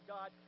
God